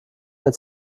mehr